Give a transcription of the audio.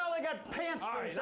like got pantsuits,